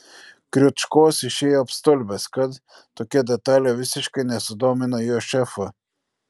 kriučkovas išėjo apstulbęs kad tokia detalė visiškai nesudomino jo šefo